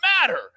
matter